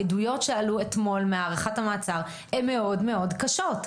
העדויות שעלו אתמול מהארכת המעצר הן מאוד מאוד קשות.